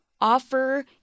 offer